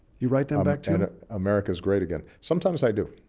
you write them back, too? and america's great again. sometimes i do.